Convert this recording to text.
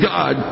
God